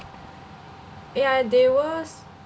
ya they was